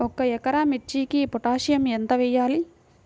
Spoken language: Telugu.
ఒక ఎకరా మిర్చీకి పొటాషియం ఎంత వెయ్యాలి?